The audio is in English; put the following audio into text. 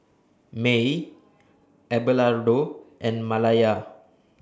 Maye Abelardo and Malaya